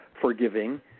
forgiving